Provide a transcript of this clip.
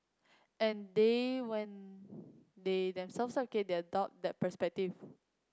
and then when they themselves have kid they adopt that perspective